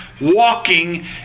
walking